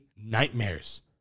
nightmares